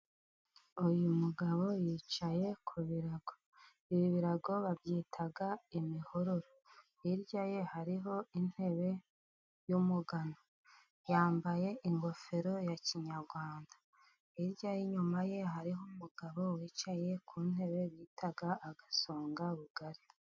Uyu mugabo yicaye ku birago .Ibi birago babyita imihururu, hirya ye hariho intebe y'umugano, yambaye ingofero ya kinyarwanda, hirya ye, inyuma ye hariho umugabo wicaye ku ntebe bita agasongabugari.